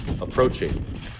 approaching